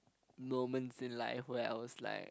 moments in life where else like